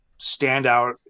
standout